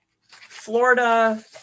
Florida